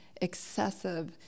excessive